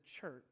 church